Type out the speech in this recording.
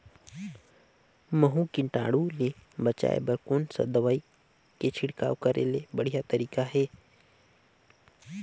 महू कीटाणु ले बचाय बर कोन सा दवाई के छिड़काव करे के बढ़िया तरीका हे?